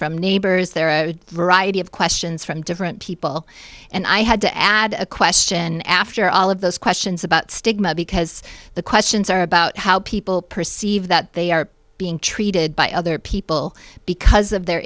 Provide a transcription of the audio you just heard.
from neighbors there are a variety of questions from different people and i had to add a question after all of those questions about stigma because the questions are about how people perceive that they are being treated by other people because of their